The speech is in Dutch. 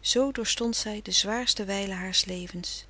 zoo doorstond zij de zwaarste wijle haars levens